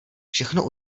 všechno